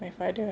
my father ah